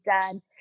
done